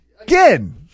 Again